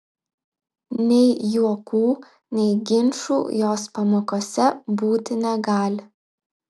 nei juokų nei ginčų jos pamokose būti negali